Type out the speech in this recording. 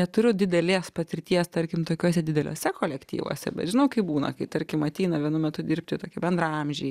neturiu didelės patirties tarkim tokiuose dideliuose kolektyvuose bet žinau kaip būna kai tarkim ateina vienu metu dirbti tokį bendraamžį